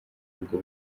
ubwo